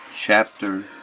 chapter